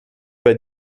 bei